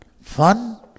Fun